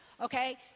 Okay